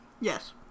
Yes